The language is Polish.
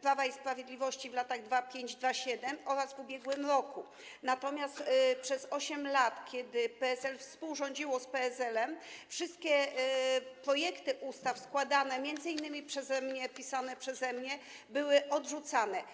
Prawa i Sprawiedliwości w latach 2005–2007 oraz w ubiegłym roku, natomiast przez 8 lat, kiedy PSL współrządziło z Platformą, wszystkie projekty ustaw, składane m.in. przeze mnie, pisane przeze mnie, były odrzucane.